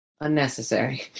unnecessary